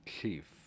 Chief